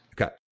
Okay